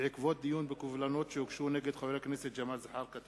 בעקבות דיון בקובלנות שהוגשו נגד חבר הכנסת ג'מאל זחאלקה.